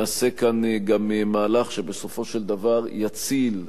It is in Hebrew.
נעשה כאן גם מהלך שבסופו של דבר יציל,